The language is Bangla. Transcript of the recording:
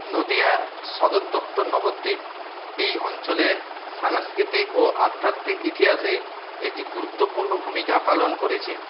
নদীয়ার সদর দপ্তর নবদ্বীপ এই অঞ্চলের সাংস্কৃতিক ও আধ্যাত্মিক ইতিহাসে একটি গুরুত্বপূর্ণ ভূমিকা পালন করেছে